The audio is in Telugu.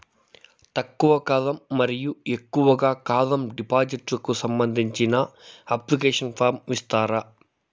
తక్కువ కాలం మరియు ఎక్కువగా కాలం డిపాజిట్లు కు సంబంధించిన అప్లికేషన్ ఫార్మ్ ఇస్తారా?